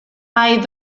hay